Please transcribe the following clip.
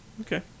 Okay